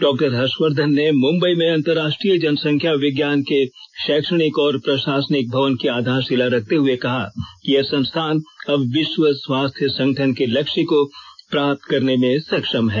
doctor Harshvardhan ने मुंबई में अंतरराष्ट्रीय जनसंख्या विज्ञान के शैक्षणिक और प्रशासनिक भवन की आधारशिला रखते हुए कहा कि यह संस्थान अब विश्व स्वास्थ्य संगठन के लक्ष्य को प्राप्त करने में सक्षम है